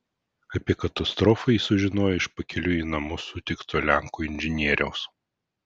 apie katastrofą jis sužinojo iš pakeliui į namus sutikto lenko inžinieriaus